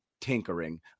tinkering